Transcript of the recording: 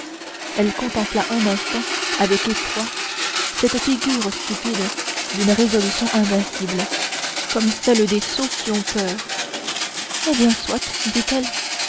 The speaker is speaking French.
elle contempla un instant avec effroi cette figure stupide d'une résolution invincible comme celle des sots qui ont peur eh bien soit dit-elle